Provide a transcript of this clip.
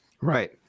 Right